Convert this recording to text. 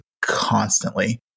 constantly